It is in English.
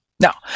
Now